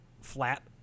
flat